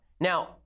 Now